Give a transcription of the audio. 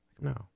No